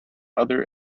other